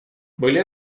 были